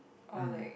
or like